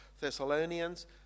Thessalonians